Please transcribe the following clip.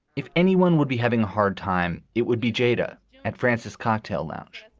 if anyone would be having a hard time, it would be jarda at francis cocktail lounge.